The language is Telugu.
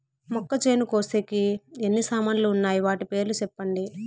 మొక్కచేను కోసేకి ఎన్ని సామాన్లు వున్నాయి? వాటి పేర్లు సెప్పండి?